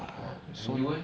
!wah! then you leh